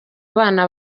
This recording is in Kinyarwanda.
bana